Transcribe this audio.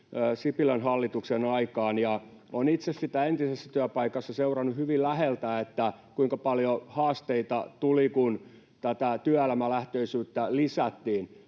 Sipilän hallituksen aikaan. Olen itse entisessä työpaikassani seurannut hyvin läheltä, kuinka paljon haasteita tuli, kun tätä työelämälähtöisyyttä lisättiin.